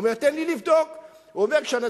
הוא אומר: תן לי לבדוק.